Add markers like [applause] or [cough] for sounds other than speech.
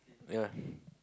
ya [breath]